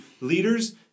leaders